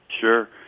Sure